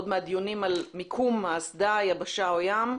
עוד מהדיונים על מיקום האסדה - יבשה או ים.